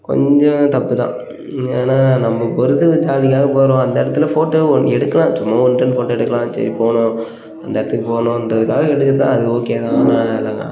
கொஞ்சம் தப்பு தான் ஏன்னா நம்மை பொறுத்தளவு ஜாலிக்காகப் போகிறோம் அந்த இடத்துல ஃபோட்டோ வந்து எடுக்கலாம் சும்மா ஒன் டைம் ஃபோட்டோ எடுக்கலாம் சரி போனோம் அந்த இடத்துக்கு போனோன்றதுக்காக எடுக்குறது அது ஓகே தான்